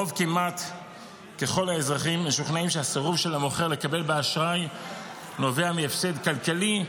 רוב האזרחים משוכנעים שהסירוב של המוכר לקבל באשראי נובע מהפסד כלכלי,